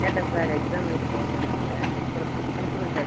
கேட்டேன் sir exam எழுதிவிட்டு போகனுன்னாங்க அப்புறம் ப்ரின்ஸிபில் சார்